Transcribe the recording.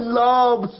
love